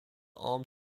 armed